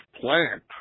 plant